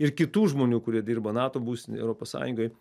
ir kitų žmonių kurie dirba nato būstinėj europos sąjungoj